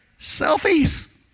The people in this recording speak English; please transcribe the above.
Selfies